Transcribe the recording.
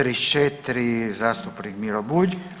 34 zastupnik Miro Bulj.